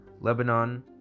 lebanon